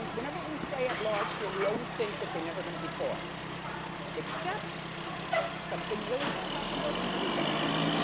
whenever we say at large here we always think that they're never gonna be caught except something really good happened over the weekend.